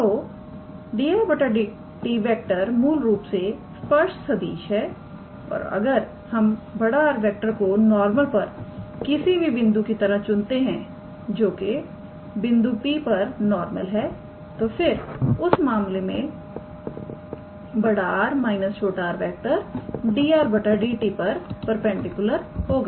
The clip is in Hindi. तो 𝑑𝑟⃗ 𝑑𝑡 मूल रूप से स्पर्श सदिश है और अगर हम 𝑅⃗ को नॉर्मल पर किसी बिंदु की तरह चुनते हैं जो के बिंदु P पर नॉर्मल है तो फिर उस मामले में 𝑅⃗ − 𝑟⃗ 𝑑 𝑟⃗ 𝑑𝑡 पर परपेंडिकुलर होगा